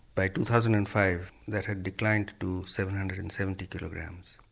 by two thousand and five that had declined to seven hundred and seventy kilograms.